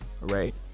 right